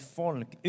folk